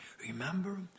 Remember